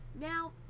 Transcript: Now